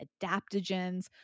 adaptogens